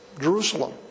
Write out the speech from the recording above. Jerusalem